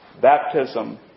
baptism